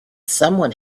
someone